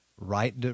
right